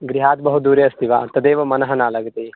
गृहात् बहु दूरे अस्ति वा तदेव मनः न लगति